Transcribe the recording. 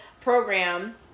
program